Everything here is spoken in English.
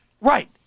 Right